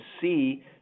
see